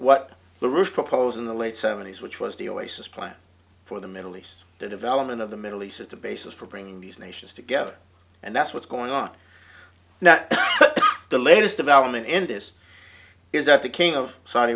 what the roots propose in the late seventies which was the oasis plan for the middle east the development of the middle east as the basis for bringing these nations together and that's what's going on now the latest development in this is that the king of saudi